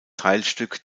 teilstück